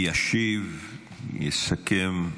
ישיב, יסכם,